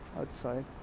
outside